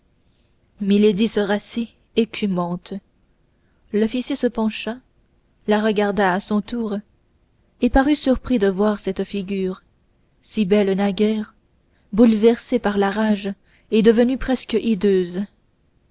milady se rassit écumante l'officier se pencha la regarda à son tour et parut surpris de voir cette figure si belle naguère bouleversée par la rage et devenue presque